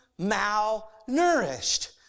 malnourished